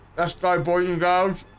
that's my boy and